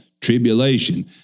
Tribulation